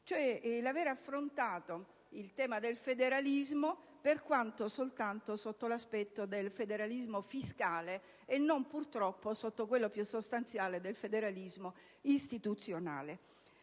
dire l'avere affrontato il tema del federalismo per quanto soltanto sotto l'aspetto del federalismo fiscale e purtroppo non sotto quello più sostanziale del federalismo istituzionale.